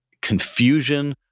confusion